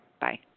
Bye